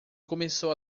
começou